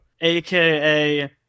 aka